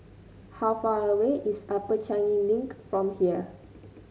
how far away is Upper Changi Link from here